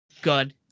good